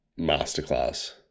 masterclass